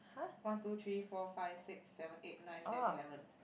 one two three four five six seven eight nine ten eleven